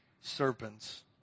serpents